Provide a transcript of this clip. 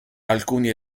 alcuni